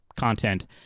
content